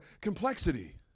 complexity